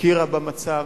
שהכירה במצב,